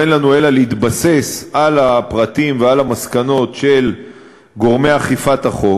אין לנו אלא להתבסס על הפרטים ועל המסקנות של גורמי אכיפת החוק.